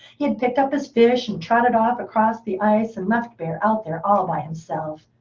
he had picked up his fish, and trotted off across the ice, and left bear out there all by himself.